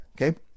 Okay